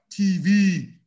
TV